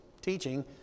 teaching